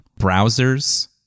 browsers